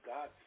God